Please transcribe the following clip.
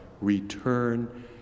return